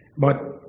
but